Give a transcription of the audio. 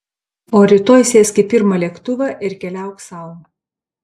o rytoj sėsk į pirmą lėktuvą ir keliauk sau